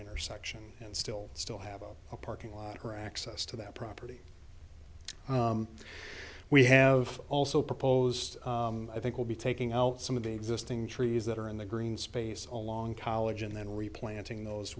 intersection and still still have a parking lot or access to that property we have also proposed i think will be taking out some of the existing trees that are in the green space on long college and then replanting those